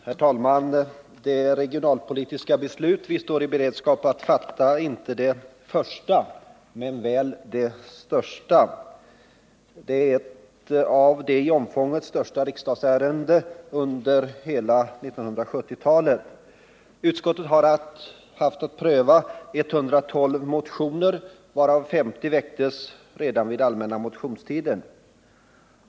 Herr talman! Det regionalpolitiska beslut som vi står i beredskap att fatta är inte det första men väl det största. Det är ett av de till omfånget största riksdagsärendena under hela 1970-talet. Utskottet har haft att pröva 112 motioner, varav 50 väckta redan under den allmänna motionstiden.